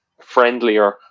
friendlier